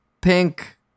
pink